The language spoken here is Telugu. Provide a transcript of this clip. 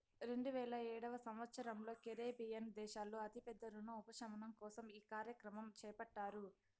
రెండువేల ఏడవ సంవచ్చరంలో కరేబియన్ దేశాల్లో అతి పెద్ద రుణ ఉపశమనం కోసం ఈ కార్యక్రమం చేపట్టారు